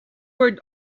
were